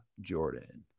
jordan